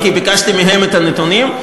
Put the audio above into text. כי ביקשתי מהם את הנתונים.